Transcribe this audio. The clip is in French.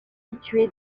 situé